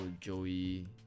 Joey